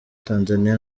tanzania